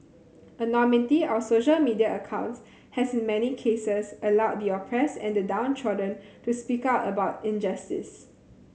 anonymity of social media accounts has in many cases allowed the oppressed and the downtrodden to speak out about injustice